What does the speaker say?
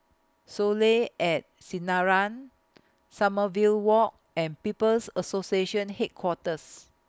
Soleil At Sinaran Sommerville Walk and People's Association Headquarters